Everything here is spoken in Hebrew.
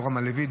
יורם הלוי.